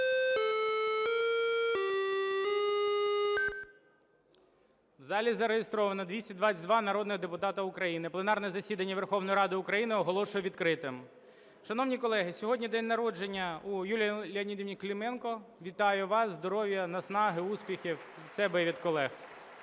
В залі зареєстровано 222 народних депутати України. Пленарне засідання Верховної Ради України оголошую відкритим. Шановні колеги, сьогодні день народження у Юлії Леонідівни Клименко. Вітаю вас! Здоров'я, наснаги, успіхів – від себе